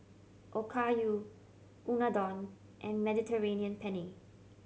Okayu Unadon and Mediterranean Penne